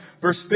verse